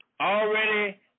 Already